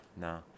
No